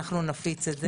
אנחנו נפיץ את זה.